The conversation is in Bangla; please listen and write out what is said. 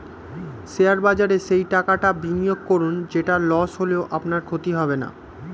শেয়ার বাজারে সেই টাকাটা বিনিয়োগ করুন যেটা লস হলেও আপনার ক্ষতি হবে না